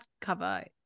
cover